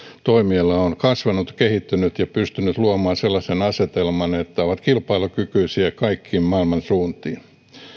toimiala on kasvanut kehittynyt ja pystynyt luomaan sellaisen asetelman että ovat kilpailukykyisiä kaikkiin maailman suuntiin